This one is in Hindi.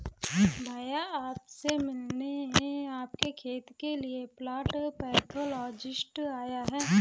भैया आप से मिलने आपके खेत के लिए प्लांट पैथोलॉजिस्ट आया है